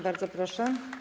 Bardzo proszę.